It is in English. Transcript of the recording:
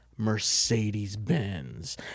mercedes-benz